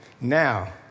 Now